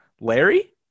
Larry